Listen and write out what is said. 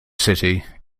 city